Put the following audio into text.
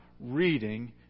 reading